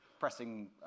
Pressing